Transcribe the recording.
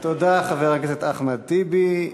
תודה, חבר הכנסת אחמד טיבי.